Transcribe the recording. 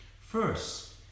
First